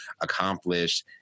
accomplish